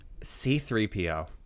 C3po